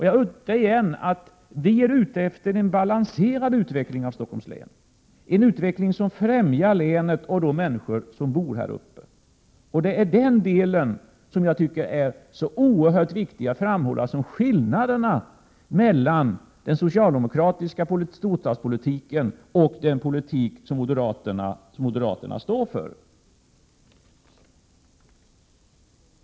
Jag upprepar igen: Vi är ute efter en balanserad utveckling i Stockholms län, en utveckling som främjar länet och de människor som bor här. Det är här vi har den skillnad som jag tycker är så viktig att framhålla mellan den socialdemokratiska storstadspolitiken och den politik som moderaterna står för.